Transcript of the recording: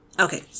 okay